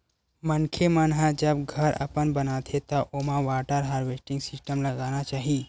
मनखे मन ह जब घर अपन बनाथे त ओमा वाटर हारवेस्टिंग सिस्टम लगाना चाही